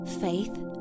Faith